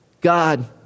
God